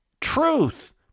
Truth